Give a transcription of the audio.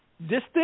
Distance